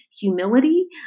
humility